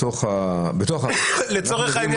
לצורך העניין